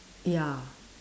ya